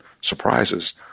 Surprises